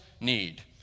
need